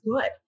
good